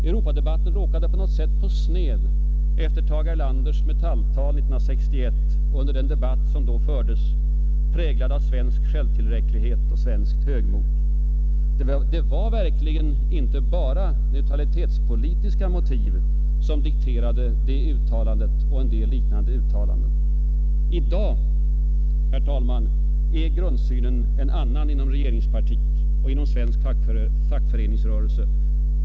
Europadebatten råkade på något sätt på sned efter Tage Erlanders Metall-tal 1961 och under den debatt som då fördes, präglad av svensk självtillräcklighet och svenskt högmod. Det var verkligen inte bara neutralitetspolitiska motiv som dikterade det uttalandet och en del liknande uttalanden. I dag, herr talman, är grundsynen en annan inom regeringspartiet och inom svensk fackföreningsrörelse.